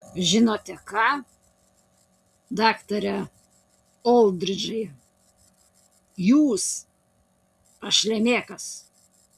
žinote ką daktare oldridžai jūs pašlemėkas